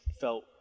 felt